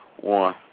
One